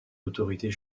autorités